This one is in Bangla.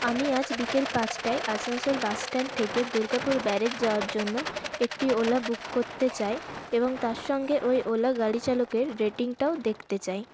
আমি আজ বিকেল পাঁচটায় আসানসোল বাস স্ট্যান্ড থেকে দুর্গাপুর ব্যারেজ যাওয়ার জন্য একটি ওলা বুক করতে চাই এবং তার সঙ্গে ওই ওলা গাড়ি চালকের রেটিংটাও দেখতে চাই